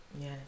Yes